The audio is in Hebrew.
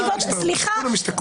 השר ישתוק כולם ישתקו...